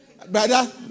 Brother